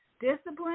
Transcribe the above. Discipline